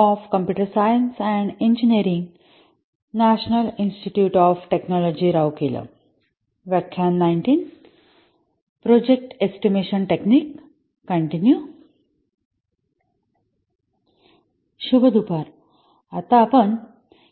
आता आपण